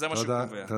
תודה רבה.